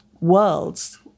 worlds